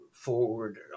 forward